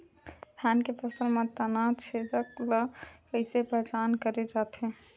धान के फसल म तना छेदक ल कइसे पहचान करे जाथे?